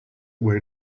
were